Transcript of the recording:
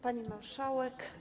Pani Marszałek!